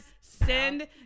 send